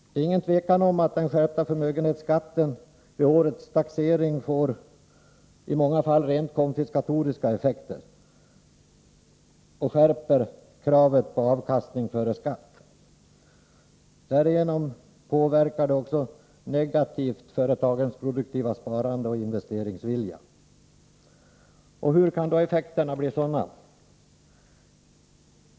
Det är inget tvivel om att den skärpta förmögenhetsskatten i årets taxering i många fall får rent konfiskatoriska effekter. Kravet på avkastning före skatt skärps. Den påverkar också negativt företagens produktiva sparande och investeringsvilja. Hur kan då effekterna bli sådana?